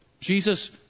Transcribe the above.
Jesus